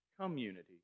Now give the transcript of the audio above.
community